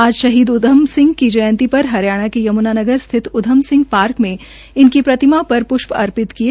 आज शहीद उद्यम सिंह की जयंती पकर हरियाणाके यम्नानगर स्थित उद्यम सिंह पार्क में इनकी प्रतिमा पर पृष्प अर्पित किये